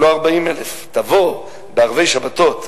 לא 40,000. תבוא בערבי שבתות,